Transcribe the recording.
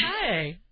Hey